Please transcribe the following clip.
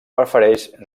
prefereix